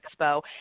expo